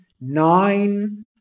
nine